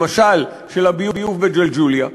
למשל של הביוב בג'לג'וליה?